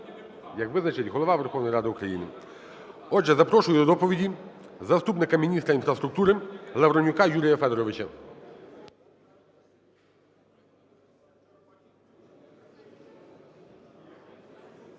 Як визначить Голова Верховної Ради України. Отже, запрошую до доповіді заступника міністра інфраструктуриЛавренюка Юрія Федоровича.